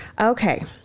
Okay